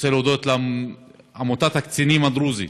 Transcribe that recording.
אני רוצה להודות לעמותת הקצינים הדרוזים,